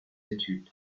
études